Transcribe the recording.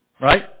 Right